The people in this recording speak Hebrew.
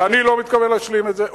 ואני לא מתכוון להשלים עם זה.